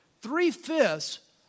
three-fifths